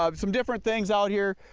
um some different things out here.